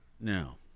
Now